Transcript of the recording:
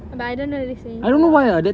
but I don't know recently how